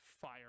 fire